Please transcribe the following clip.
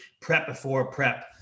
prep-before-prep